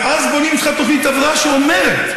ואז בונים לך תוכנית הבראה שאומרת: